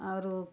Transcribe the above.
ଆରୁ